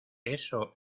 eso